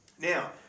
Now